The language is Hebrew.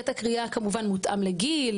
קטע קריאה כמובן מותאם לגיל,